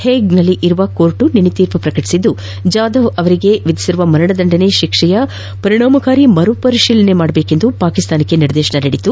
ಹೇಗ್ನಲ್ಲಿರುವ ನ್ಯಾಯಾಲಯ ನಿನ್ನೆ ತೀರ್ಪು ಪ್ರಕಟಿಸಿದ್ದು ಜಾಧವ್ಗೆ ವಿಧಿಸಿರುವ ಮರಣದಂಡನೆ ಶಿಕ್ಷೆಯು ಪರಿಣಾಮಕಾರಿ ಮರುಪರಿಶೀಲನೆಗೆ ಪಾಕಿಸ್ತಾನಕ್ಕೆ ನಿರ್ದೇಶನ ನೀಡಿದೆ